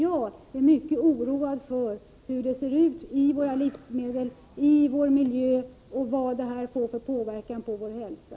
Jag är mycket oroad för hur det ser ut i våra livsmedel och i vår miljö, och hur detta påverkar vår hälsa.